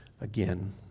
again